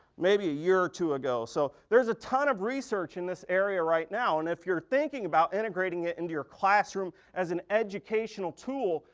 maybe a year or two ago. so there is a ton of research in this area right now, and if you're thinking about integrating it into your classroom as an educational tool,